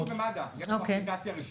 תבדוק במד"א, תבדוק.